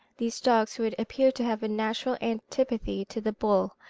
these dogs would appear to have a natural antipathy to the bull,